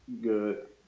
good